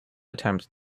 attempt